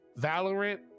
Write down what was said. valorant